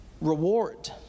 reward